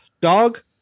dog